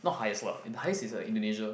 not highest lah in highest is the Indonesia